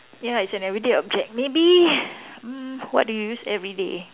ya it's an everyday object maybe mm what do you use everyday